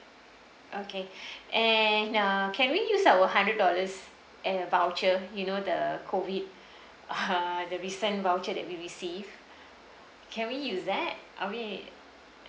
okay and uh can we use our hundred dollars uh voucher you know the COVID uh the recent voucher that we received can we use that I mean